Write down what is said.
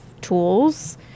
tools